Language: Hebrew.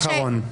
בפרשנות.